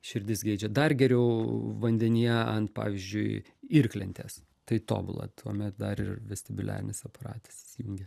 širdis geidžia dar geriau vandenyje ant pavyzdžiui irklentės tai tobula tuomet dar ir vestibuliarinis aparatas įsijungia